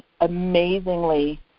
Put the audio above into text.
amazingly